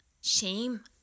Shame